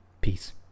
Peace